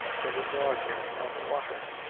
very dark on the water.